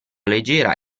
leggera